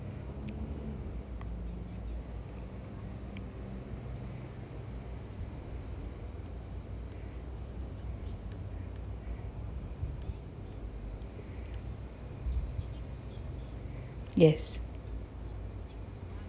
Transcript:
yes